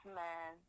man